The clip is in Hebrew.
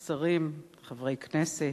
שרים, חברי כנסת,